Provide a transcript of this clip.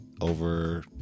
over